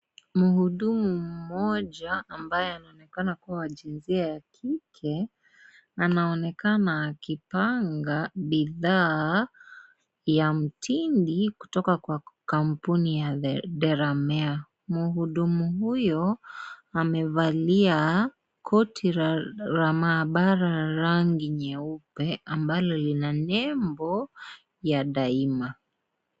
Mhudumu mmoja ambaye anaonekana kuwa wa jinsia ya kike anaonekana akipanga bidhaa ya mtindi kutoka kwa kampuni ya Delamere. Mhudumu huyo amevalia koti la maabara la rangi nyeupe ambalo lina nembo ya daima.